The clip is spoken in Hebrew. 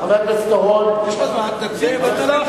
חבר הכנסת אורון, הצעת לו,